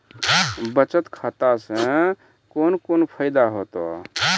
बचत खाता सऽ कून कून फायदा हेतु?